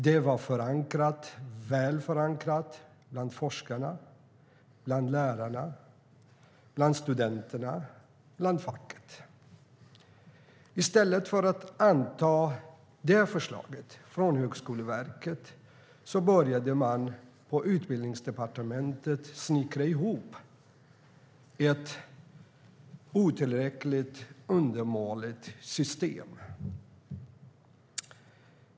Det var väl förankrat hos forskarna, lärarna, studenterna och facken. I stället för att anta förslaget från Högskoleverket började man på Utbildningsdepartementet att snickra ihop ett otillräckligt och undermåligt system.